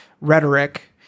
rhetoric